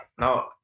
No